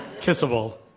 kissable